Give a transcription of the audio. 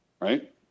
Right